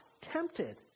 tempted